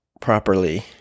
properly